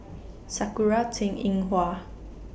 Sakura Teng Ying Hua